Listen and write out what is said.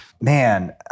man